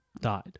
died